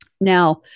Now